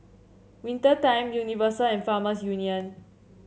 Winter Time Universal and Farmers Union